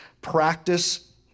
practice